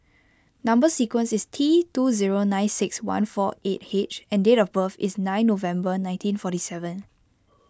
Number Sequence is T two zero nine six one four eight H and date of birth is nine November nineteen forty seven